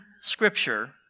Scripture